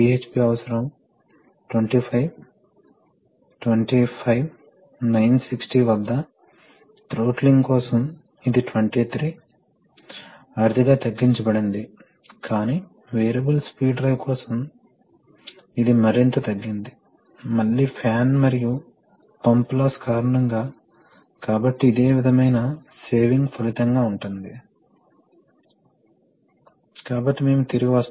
కాబట్టి మీరు హైడ్రాలిక్ పైలట్లను కలిగి ఉండవచ్చు మీరు ఎయిర్ పైలట్లను కలిగి ఉండవచ్చు కాబట్టి పెద్ద న్యూమాటిక్ వాల్వ్ కూడా ఒక చిన్న ఎయిర్ పైలట్ ద్వారా నడపవచ్చు లేకపోతే సోలేనాయిడ్లు ఉంటాయి మరియు కొన్నిసార్లు స్ప్రింగ్ లోడెడ్ ఉండవచ్చు ముఖ్యంగా రిటర్న్ స్ట్రోక్ కు యాక్చుయేషన్ ఫోర్స్ అవసరం లేదు కాబట్టి ఇవి డైరెక్షనల్ వాల్వ్ ను ఆక్టివేట్ చేసే వివిధ మార్గాలు